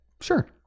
sure